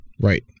Right